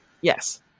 yes